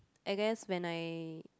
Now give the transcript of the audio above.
I guess when I